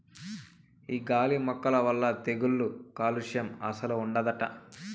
ఈ గాలి మొక్కల వల్ల తెగుళ్ళు కాలుస్యం అస్సలు ఉండదట